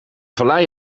vallei